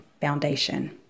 Foundation